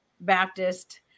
baptist